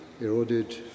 eroded